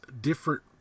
different